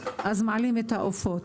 אז מעלים את העופות.